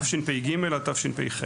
תשפ"ג עד תשפ"ח.